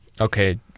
okay